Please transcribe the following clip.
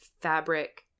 fabric